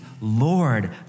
Lord